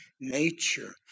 nature